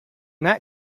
that